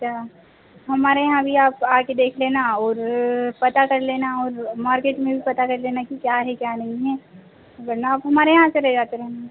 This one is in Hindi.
क्या हमारे यहाँ भी आप आकर देख लेना और पता कर लेना और मार्केट में भी पता कर लेना कि क्या है क्या नहीं है वरना आप हमारे यहाँ से ले जाते रहना